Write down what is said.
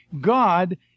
god